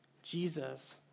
Jesus